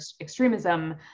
extremism